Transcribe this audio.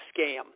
scam